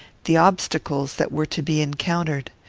the obstacles that were to be encountered.